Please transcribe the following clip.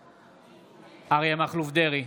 בעד אריה מכלוף דרעי,